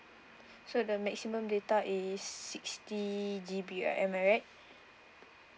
so the maximum data is sixty G_B right am I right